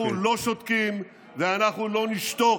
אנחנו לא שותקים ואנחנו לא נשתוק.